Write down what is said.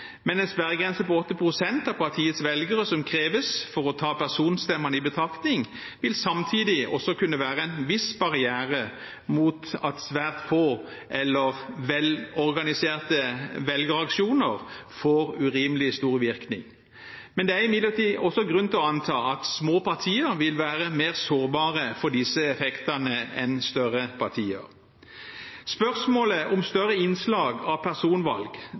men en sperregrense på 8 pst. av partiets velgere som kreves for å ta personstemmene i betraktning, vil samtidig også kunne være en viss barriere mot at svært få eller velorganiserte velgeraksjoner får urimelig stor virking. Det er imidlertid også grunn til at anta at små partier vil være mer sårbare for disse effektene enn større partier. Spørsmålet om større innslag av personvalg